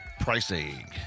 pricing